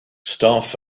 staff